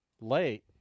late